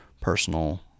personal